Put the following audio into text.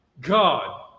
God